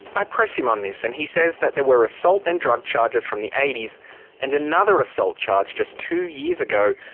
i press him on this and he says there were assault and drug charges from the eighty s and another assault charge just two years ago,